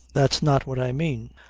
that's not what i mean.